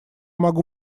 могу